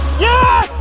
yeah!